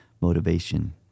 motivation